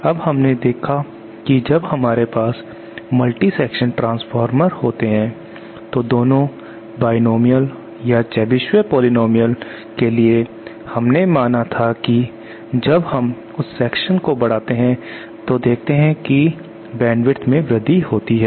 अब हमने देखा कि जब हमारे पास मल्टी सेक्शन ट्रांसफार्मर होते हैं तो दोनों बायनॉमिनल या चेबीशेव पॉलिनॉमियल के लिए हमने माना था कि जब हम उस सेक्शन को बढ़ाते हैं तो देखते हैं कि बैंडविथ में वृद्धि होती है